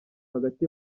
hagati